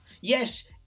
Yes